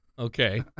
Okay